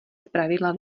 zpravidla